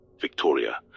Victoria